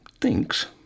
thinks